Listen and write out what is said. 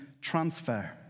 Transfer